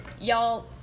y'all